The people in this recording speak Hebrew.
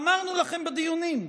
אמרנו לכם בדיונים: